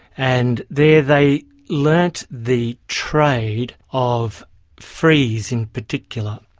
and there they learned the trade of frieze in particular.